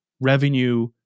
revenue